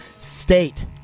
State